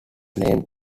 named